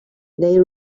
they